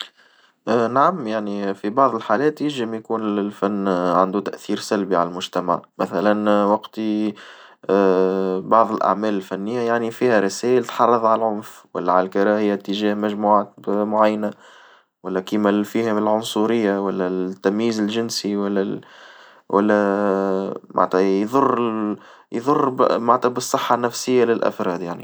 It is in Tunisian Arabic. نعم يعني في بعض الحالات يجم يكون الفن عنده تأثير سلبي على المجتمع، مثلا وقتي بعض الأعمال الفنية يعني فيها رسائل تحرض على العنف والا على الجراية اتجاه مجموعة معينة والا كيما الفيها العنصرية ولا التمييز الجنسي والا معنتها يظر معنتها يظر بالصحة النفسية للأفراد يعني.